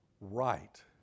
right